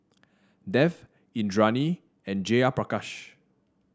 Dev Indranee and Jayaprakash